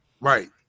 Right